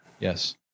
Yes